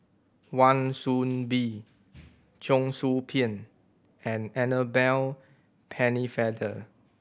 Wan Soon Bee Cheong Soo Pieng and Annabel Pennefather